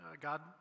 God